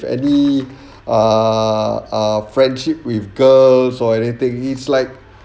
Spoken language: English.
any ah ah friendship with girls or anything he is like